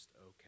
okay